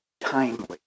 timely